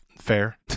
fair